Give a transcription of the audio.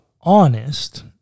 honest